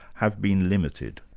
have been limited?